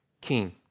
king